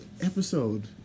episode